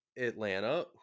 Atlanta